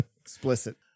explicit